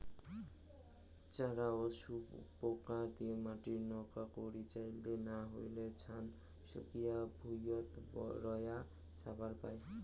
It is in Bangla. চ্যারা ও গুপোকা দিয়া মাটিত নয়া করি চইল না হইলে, ছান শুকিয়া ভুঁইয়ত রয়া যাবার পায়